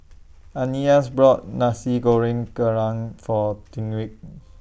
Ananias brought Nasi Goreng Kerang For Tyrique